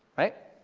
right?